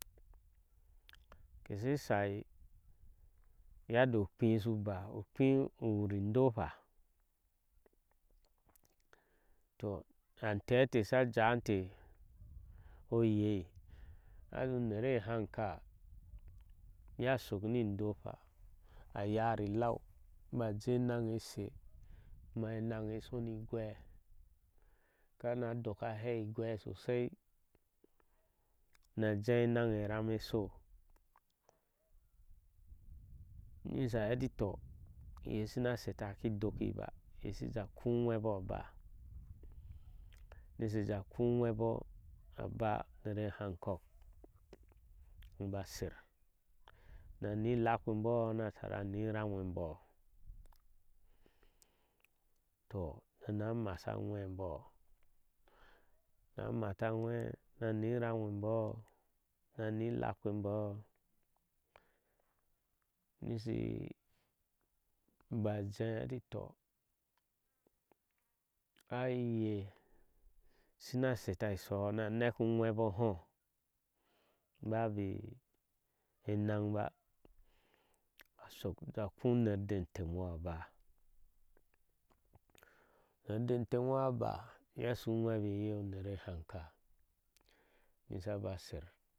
Keshe shai yadda ukphin shu ba uphin uwur indofa toh anteiteh sha janteh oyei atim nereh hangka ya shok ni ndofah a yari lau baje nange h she kuma enange sho ni gwɛɛ kana doka. hei igheh sosoi najah enange vam esho nisha heti to iyeh shnah sheta kido ki ba ye shiya koh uweboh aba sisi ja kuh hweboh aba unereh hankɔɔk ni ba ser nani lakpɛbotna tara nani vam eboh toh ana masa aŋwɛ boh na mata ŋwaa nani rameboh nani lakpɛboh nisi bajeh ati to ai iyeh shima shetah isho hah naneku hweboh hiu babɛ enang ba a shok ja kuh unerahde temuwah aba uner dɛ temuwah bah ye shu ŋwɛ bebeye nered hangka nisa ba ser